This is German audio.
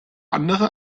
andere